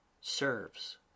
serves